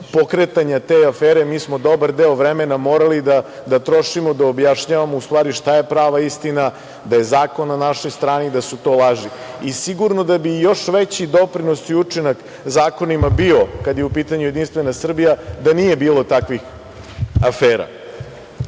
pokretanja te afere mi smo dobar deo vremena morali da trošimo i da objašnjavamo šta je u stvari prava istina, da je zakon na našoj strani i da su to laži. Sigurno da bi još veći doprinos i učinak zakonima bio, kada je u pitanju JS, da nije bilo takvih afera.